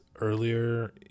earlier